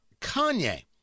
kanye